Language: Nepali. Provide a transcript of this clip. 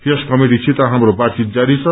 यस कमिटिसित हाम्रो बातचित जारी छ